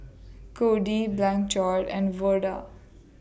Codi Blanchard and Verda